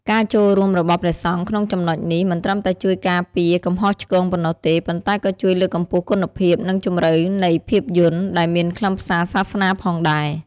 ការចូលរួមរបស់ព្រះសង្ឃក្នុងចំណុចនេះ មិនត្រឹមតែជួយការពារកំហុសឆ្គងប៉ុណ្ណោះទេ ប៉ុន្តែក៏ជួយលើកកម្ពស់គុណភាព និងជម្រៅនៃភាពយន្ត ដែលមានខ្លឹមសារសាសនាផងដែរ។